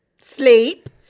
Sleep